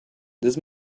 this